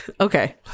Okay